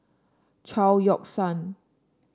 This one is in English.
Chao Yoke San